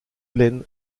eileen